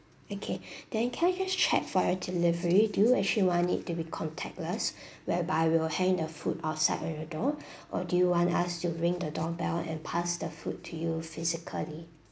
okay then can I just check for your delivery do you actually want it to be contactless whereby we'll hang the food outside on your door or do you want us to ring the doorbell and pass the food to you physically